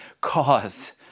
cause